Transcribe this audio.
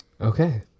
Okay